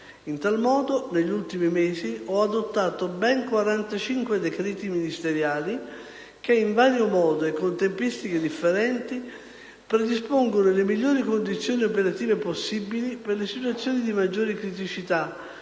In tal modo, negli ultimi mesi, ho adottato ben 45 decreti ministeriali che, in vario modo e con tempistiche differenti, predispongono le migliori condizioni operative possibili per le situazioni di maggiore criticità